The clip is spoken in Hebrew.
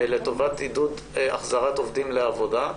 לטובת עידוד החזרת עובדים לעבודה,